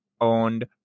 owned